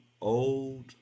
old